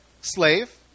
slave